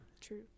True